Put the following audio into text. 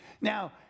Now